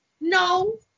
No